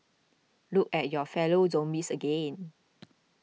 look at your fellow zombies again